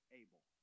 able